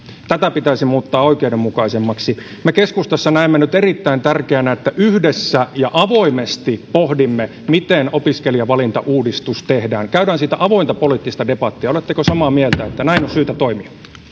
tätä pitäisi muuttaa oikeudenmukaisemmaksi me keskustassa näemme nyt erittäin tärkeänä että yhdessä ja avoimesti pohdimme miten opiskelijavalintauudistus tehdään käydään siitä avointa poliittista debattia oletteko samaa mieltä että näin on syytä toimia